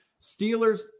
Steelers